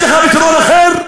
יש לך פתרון אחר?